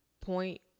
point